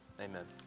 amen